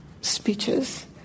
speeches